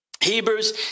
Hebrews